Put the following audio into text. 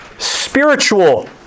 spiritual